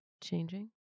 changing